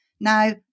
Now